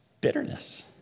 Bitterness